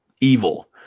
evil